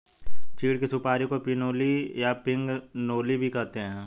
चीड़ की सुपारी को पिनोली या पिगनोली भी कहते हैं